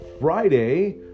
Friday